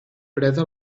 presa